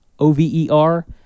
O-V-E-R